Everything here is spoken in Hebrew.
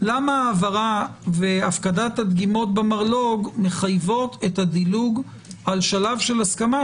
למה ההעברה והפקת הדגימות במרלו"ג מחייבות את הדילוג על שלב של הסכמה,